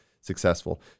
successful